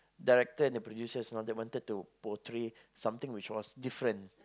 director and the producers you know they wanted to portray something which was different